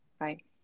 right